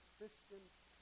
Christian